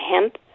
hemp